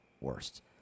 worst